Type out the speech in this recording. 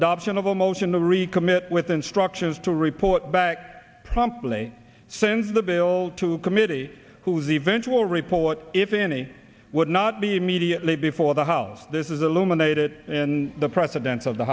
adoption of a motion to recommit with instructions to report back promptly send the bill to committee whose eventual report if any would not be immediately before the house this is alumina it the president of the